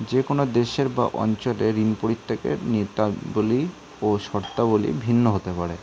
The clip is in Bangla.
যে কোনও দেশের বা অঞ্চলে ঋণ পরিত্যাগের নিত্যাবলী ও শর্তাবলী ভিন্ন হতে পারে